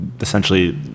Essentially